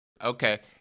Okay